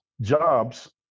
jobs